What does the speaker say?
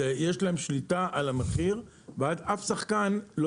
יש להם שליטה על המחיר ואף שחקן לא